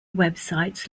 websites